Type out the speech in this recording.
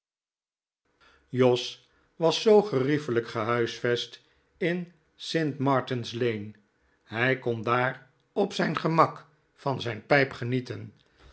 jos was zoo geriefelijk gehuisvest in st martin's lane hij kon daar op zijn gemak van zijn pijp genieten